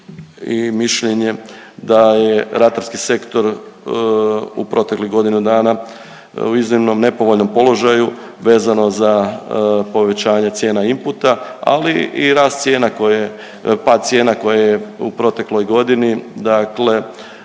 i mišljenje da je ratarski sektor u proteklih godinu dana u iznimno nepovoljnom položaju vezano za povećanje cijena inputa ali i rast cijena koje, pad cijena koje je u protekloj godini dakle